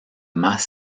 más